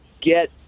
get